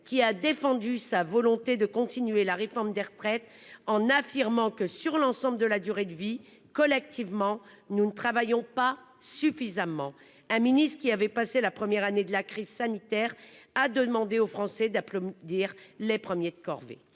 qui a défendu sa volonté de continuer la réforme des retraites en affirmant que sur l'ensemble de la durée de vie, collectivement, nous ne travaillons pas suffisamment. Un ministre qui avait passé la première année de la crise sanitaire a demandé aux Français d'applaudir les premiers de corvée.